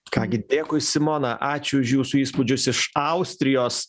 ką gi dėkui simona ačiū už jūsų įspūdžius iš austrijos